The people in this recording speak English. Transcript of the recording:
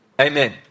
Amen